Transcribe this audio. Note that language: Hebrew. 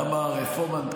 למה הרפורמה,